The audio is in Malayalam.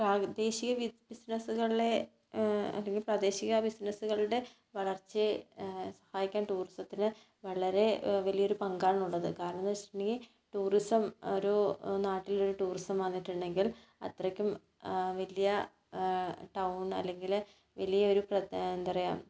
പ്രാദേശിക ബിസിനസുകളിലെ അതിന് പ്രാദേശിക ബിസിനസുകളുടെ വളർച്ചയെ സഹായിക്കാൻ ടൂറിസത്തിന് വളരെ വലിയൊരു പങ്കാണുള്ളത് കാരണം എന്ന് വെച്ചിട്ടുണ്ടെങ്കിൽ ടൂറിസം ഒരു നാട്ടിലൊരു ടൂറിസം വന്നിട്ടുണ്ടെങ്കിൽ അത്രക്കും വലിയ ടൗൺ അല്ലെങ്കിൽ വലിയ ഒരു പ്രധാ എന്താണ് പറയുക